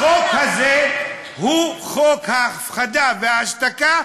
החוק הזה הוא חוק ההפחדה וההשתקה,